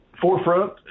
forefront